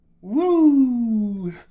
woo